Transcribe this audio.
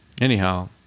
anyhow